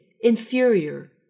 inferior